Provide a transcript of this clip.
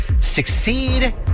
succeed